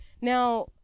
Now